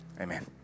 amen